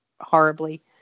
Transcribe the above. horribly